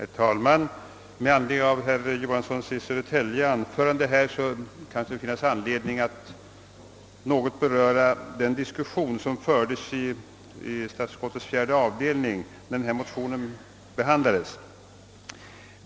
Herr talman! Med anledning av herr Johanssons i Södertälje anförande finns det anledning att något beröra den diskussion som fördes i statsutskottets fjärde avdelning när de här aktuella motionerna behandlades.